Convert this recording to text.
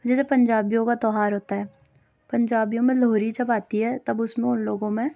جیسے پنجابیوں کا تہوار ہوتا ہے پنجابیوں میں لوہری جب آتی ہے تب اُس میں اُن لوگوں میں